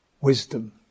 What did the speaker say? wisdom